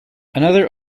another